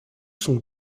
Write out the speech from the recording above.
sont